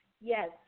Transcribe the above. Yes